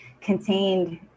contained